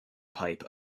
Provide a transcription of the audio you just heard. pipe